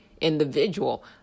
individual